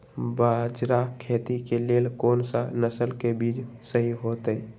बाजरा खेती के लेल कोन सा नसल के बीज सही होतइ?